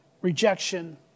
rejection